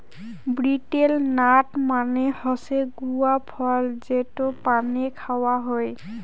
betel nut মানে হসে গুয়া ফল যেটো পানে খাওয়া হই